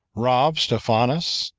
robbed stephanus,